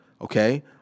okay